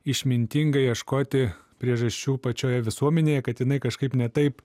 išmintinga ieškoti priežasčių pačioje visuomenėje kad jinai kažkaip ne taip